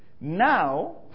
Now